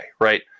right